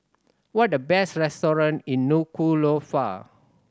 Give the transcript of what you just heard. what are the best restaurant in Nuku'alofa